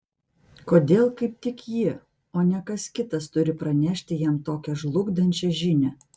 kodėl kaip tik ji o ne kas kitas turi pranešti jam tokią žlugdančią žinią